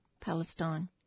Palestine